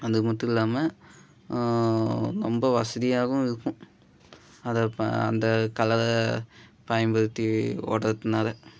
அது மட்டும் இல்லாமல் ரொம்ப வசதியாகவும் இருக்கும் அதை ப அந்தக் கலரை பயன்படுத்தி ஓடுறதுனால